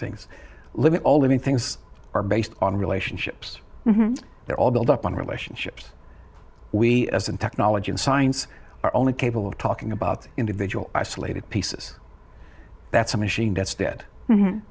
things living all living things are based on relationships they're all built up on relationships we as in technology and science are only capable of talking about individual isolated pieces that's a machine that's dead